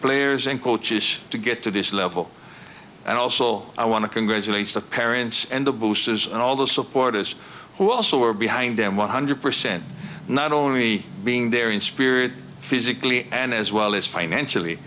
players and coaches to get to this level and also i want to congratulate the parents and the boosters and all the supporters who also are behind them one hundred percent not only being there in spirit physically and as well as financially